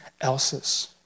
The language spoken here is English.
else's